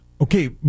Okay